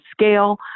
scale